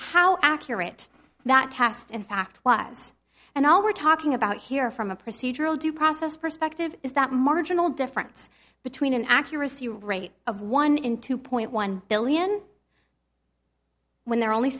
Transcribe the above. how accurate that task in fact was and all we're talking about here from a procedural due process perspective is that marginal difference between an accuracy rate of one in two point one billion when there are only